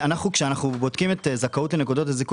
כשאנחנו בודקים את הזכאות לנקודות הזיכוי